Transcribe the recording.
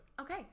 okay